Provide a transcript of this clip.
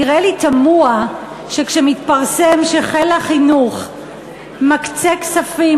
נראה לי תמוה שמתפרסם שחיל החינוך מקצה כספים,